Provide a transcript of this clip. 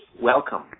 welcome